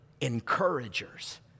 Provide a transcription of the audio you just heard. encouragers